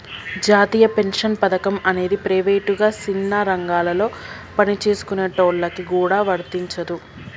జాతీయ పెన్షన్ పథకం అనేది ప్రైవేటుగా సిన్న రంగాలలో పనిచేసుకునేటోళ్ళకి గూడా వర్తించదు